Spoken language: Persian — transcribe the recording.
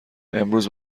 امروز